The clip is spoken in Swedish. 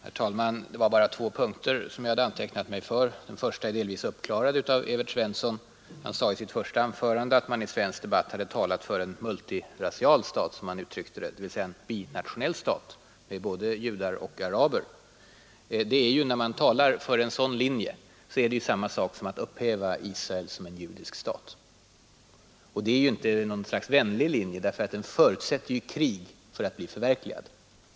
Herr talman! Det var bara två punkter som jag hade antecknat mig för. Den första är delvis uppklarad av Evert Svensson i Kungälv. Han sade i sitt första anförande att man i svensk debatt har talat för en ”multirasial stat”, som han uttryckte det, dvs. en binationell stat med både judar och araber. Men att tala för en sådan linje är ju samma sak som att upphäva Israel som en judisk stat. Det är inte någon sorts vänlig linje, för den förutsätter krig för att bli förverkligad.